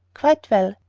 quite well.